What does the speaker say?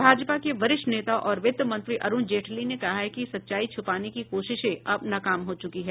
भाजपा के वरिष्ठ नेता और वित्त मंत्री अरूण जेटली ने कहा कि सच्चाई छुपाने की कोशिशें अब नाकाम हो चुकी हैं